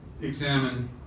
examine